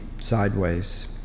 sideways